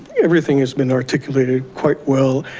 everything has been articulated quite well.